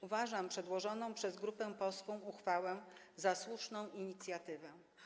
Uważam przedłożoną przez grupę posłów uchwałę za słuszną inicjatywę.